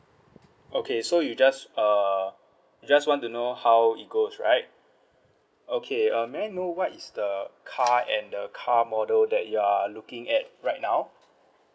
okay so you just uh just want to know how it goes right okay um may I know what is the car and the car model that you are looking at right now